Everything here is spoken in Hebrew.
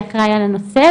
שאחראי על הנושא,